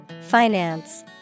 Finance